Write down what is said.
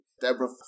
Deborah